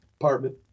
apartment